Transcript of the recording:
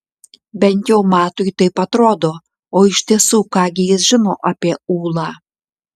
bent jau matui taip atrodo o iš tiesų ką gi jis žino apie ūlą